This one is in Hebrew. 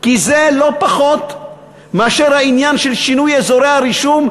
כי זה לא פחות מהעניין של שינוי אזורי הרישום,